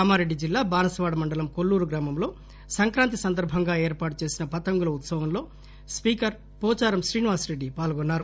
కామారెడ్డి జిల్లా బాన్సువాడ మండలం కోల్లూరు గ్రామంలో సంక్రాంతి సందర్బంగా ఏర్పాటుచేసిన పతంగుల ఉత్పవంలో స్పీకర్ పోచారం శ్రీనివాస్ రెడ్జి పాల్గొన్నారు